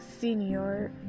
senior